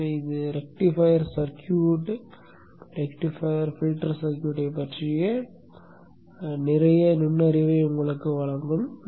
எனவே இது rectifier circuit rectifier filter சர்க்யூட்டைப் பற்றிய நிறைய நுண்ணறிவை உங்களுக்கு வழங்கும்